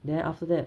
then after that